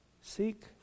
seek